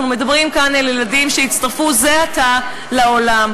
אנחנו מדברים כאן על ילדים שהצטרפו זה עתה לעולם.